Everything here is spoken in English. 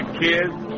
kids